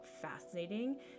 fascinating